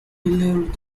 believed